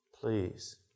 Please